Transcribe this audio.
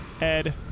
Ed